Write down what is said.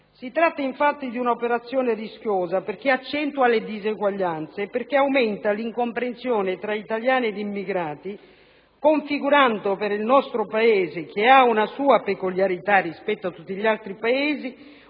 Si tratta, infatti, di un'operazione rischiosa perché accentua le disuguaglianze e aumenta l'incomprensione tra italiani ed immigrati, configurando per il nostro Paese (che ha una sua peculiarità rispetto a tutti gli altri)